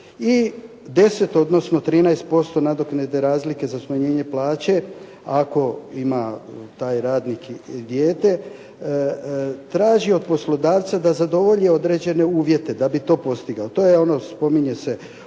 i 10, odnosno 13% nadoknade razlike za smanjenje plaće, ako ima taj radnik dijete traži od poslodavca da zadovolji određene uvjete da bi to postigao. To je ono spominje se